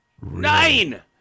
Nine